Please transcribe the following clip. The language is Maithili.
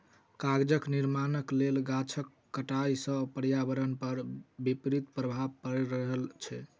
कागजक निर्माणक लेल गाछक कटाइ सॅ पर्यावरण पर विपरीत प्रभाव पड़ि रहल छै